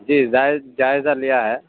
جی جائز جائزہ لیا ہے